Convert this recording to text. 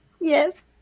Yes